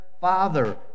Father